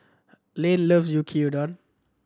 Lane loves Yuki Udon